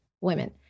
women